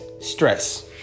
stress